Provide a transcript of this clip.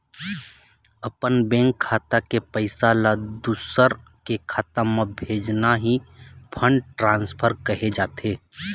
अपन बेंक खाता के पइसा ल दूसर के खाता म भेजना ही फंड ट्रांसफर कहे जाथे